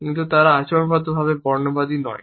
কিন্তু তারা আচরণগতভাবে রেসিস্ট নয়